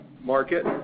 market